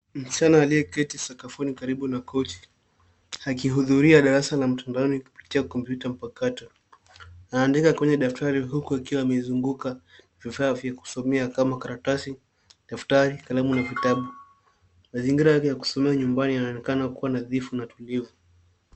Msichana aliyeketi sakafuni karibu na kochi akihudhuria darasa la mtandaoni kupitia kompyuta mpakato. Anaandika kwenye daftari huku akiwa amezunguka vifaa vya kusomea kama karatasi, daftari, kalamu na vitabu. Mazingira yake ya kusomea nyumbani inaonekana kuwa nadhifu na tulivu.